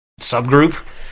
subgroup